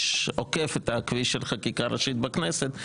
שעוקף את הכביש של החקיקה הראשית בכנסת,